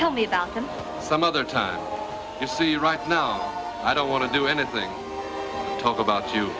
tell me about them some other time you see right now i don't want to do anything talk about you